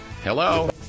Hello